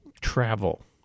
travel